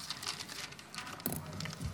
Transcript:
תודה.